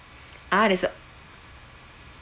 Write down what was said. ah there's a